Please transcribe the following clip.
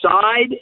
side